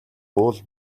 уул